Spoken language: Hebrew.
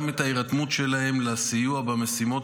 וגם את ההירתמות שלהם לסיוע במשימות